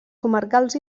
comarcals